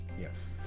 Yes